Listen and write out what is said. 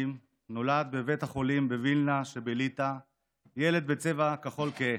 נולד בבית החולים בווילנה שבליטא ילד בצבע כחול כהה.